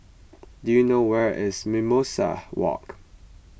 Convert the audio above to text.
do you know where is Mimosa Walk